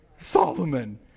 Solomon